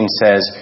says